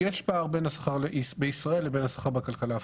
יש פער בין השכר בישראל לבין השכר בכלכלה הפלסטינית.